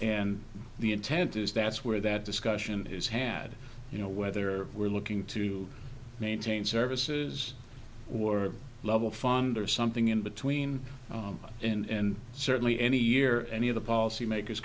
and the intent is that's where that discussion is had you know whether we're looking to maintain services or level founder something in between and certainly any year any of the policy makers